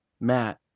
Matt